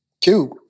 Cube